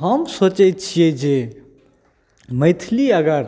हम सोचै छिए जे मैथिली अगर